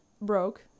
Broke